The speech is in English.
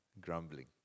grumbling